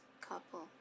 couple